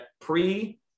pre